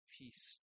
peace